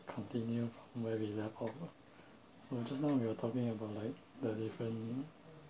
continue where we left off ah so just now you were talking about like the different